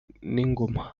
n’ingoma